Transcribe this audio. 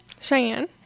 Cheyenne